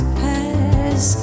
pass